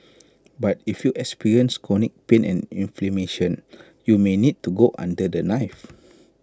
but if you experience chronic pain and inflammation you may need to go under the knife